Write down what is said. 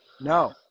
No